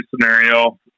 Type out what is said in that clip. scenario